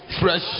fresh